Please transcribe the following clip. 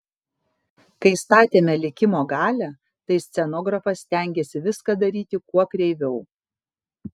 kai statėme likimo galią tai scenografas stengėsi viską daryti kuo kreiviau